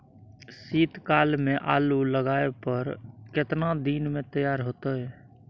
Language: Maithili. शीत काल में आलू लगाबय पर केतना दीन में तैयार होतै?